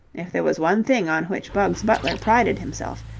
if there was one thing on which bugs butler prided himself,